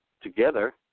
together